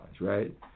right